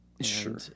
sure